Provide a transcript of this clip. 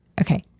Okay